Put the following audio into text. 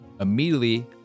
immediately